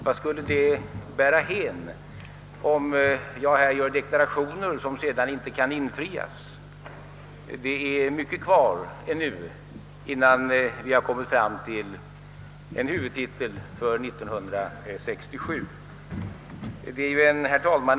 Vart skulle det bära hän, om jag i kammaren gjorde deklarationer som sedan inte kunde infrias? Det återstår mycket innan huvudtiteln för 1967 är färdig. Herr talman!